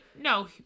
No